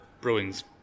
brewing's